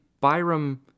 Byram